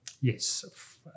yes